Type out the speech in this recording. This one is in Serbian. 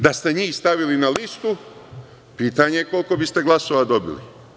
Da ste njih stavili na listu pitanje je koliko biste glasova dobili.